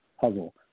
puzzle